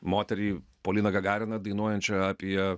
moterį poliną gagariną dainuojančią apie